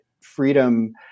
freedom